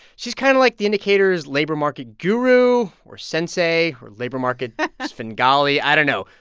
she's kind of like the indicator's labor market guru or sensei or labor market svengali. i don't know.